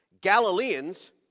Galileans